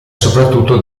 soprattutto